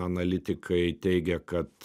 analitikai teigia kad